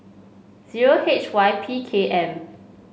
zero H Y P K M